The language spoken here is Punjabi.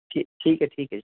ਠੀਕ ਹੈ ਠੀਕ ਹੈ ਜੀ